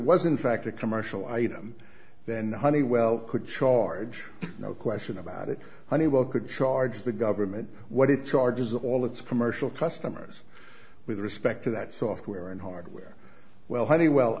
in fact a commercial item then honeywell could charge no question about it honeywell could charge the government what it charges all its commercial customers with respect to that software and hardware well honeywell